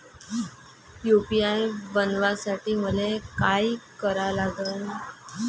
UPI बनवासाठी मले काय करा लागन?